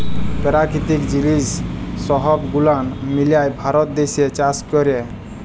পেরাকিতিক জিলিস সহব গুলান মিলায় ভারত দ্যাশে চাষ ক্যরে